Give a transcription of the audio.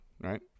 right